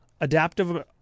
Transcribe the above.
Adaptive